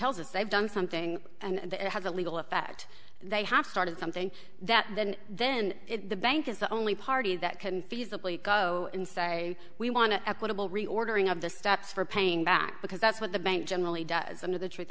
us they've done something and it has a legal effect they have started something that then then the bank is the only party that can feasibly go inside we want to equitable reordering of the steps for paying back because that's what the bank generally does under the truth